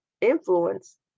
influence